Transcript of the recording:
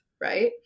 right